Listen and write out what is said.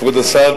כבוד השר,